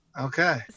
Okay